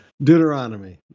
Deuteronomy